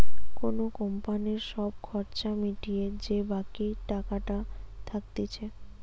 কোন কোম্পানির সব খরচা মিটিয়ে যে বাকি টাকাটা থাকতিছে